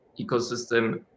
ecosystem